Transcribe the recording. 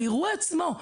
באירוע עצמו,